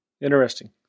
interesting